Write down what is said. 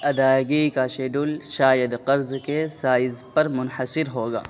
ادائیگی کا شیڈول شاید قرض کے سائز پر منحصر ہوگا